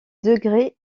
degrés